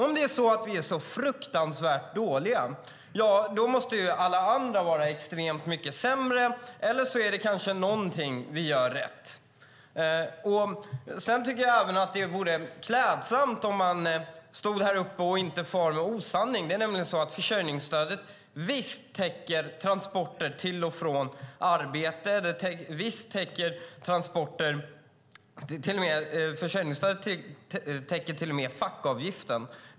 Om vi är så fruktansvärt dåliga, ja, då måste ju alla andra vara extremt mycket sämre. Eller också är det kanske någonting vi gör rätt. Jag tycker även att det vore klädsamt om man inte far med osanning när man står här uppe. Det är nämligen så att försörjningsstödet visst täcker transporter till och från arbete. Det täcker till och med fackavgiften.